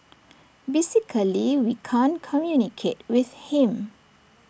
basically we can't communicate with him